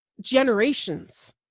generations